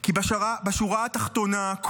כי בשורה התחתונה,